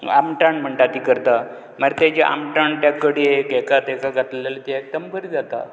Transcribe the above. आमटाण म्हणटा ती करता तीं आमटाण त्या कडयेक येका तेका घातली जाल्यार ती एकदम बरी जाता